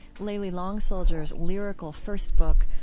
layli long soldier's lyrical first book,